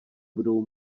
budou